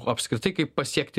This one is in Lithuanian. o apskritai kaip pasiekti